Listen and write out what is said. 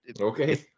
Okay